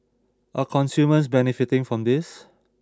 are consumers benefiting from this